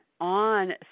on